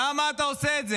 למה אתה עושה את זה?